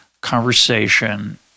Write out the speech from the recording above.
conversation